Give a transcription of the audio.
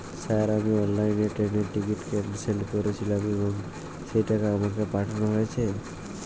Sir আমি অনলাইনে ট্রেনের টিকিট ক্যানসেল করেছিলাম এবং সেই টাকা আমাকে পাঠানো হয়েছে?